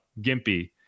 gimpy